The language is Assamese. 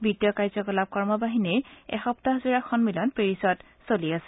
বিত্তীয় কাৰ্যকলাপ কৰ্মবাহিনীৰ এসপ্তাহযোৰা সন্মিলন পেৰিছত চলি আছে